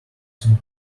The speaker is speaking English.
think